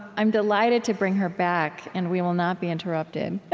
i'm delighted to bring her back, and we will not be interrupted.